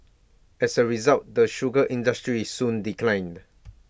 as A result the sugar industry soon declined